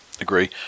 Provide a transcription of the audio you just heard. Agree